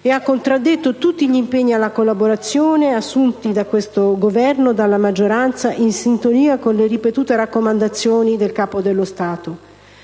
e ha contraddetto tutti gli impegni alla collaborazione assunti da questo Governo e dalla maggioranza in sintonia con le ripetute raccomandazioni del Capo dello Stato.